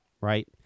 right